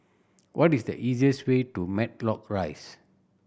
what is the easiest way to Matlock Rise